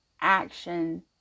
action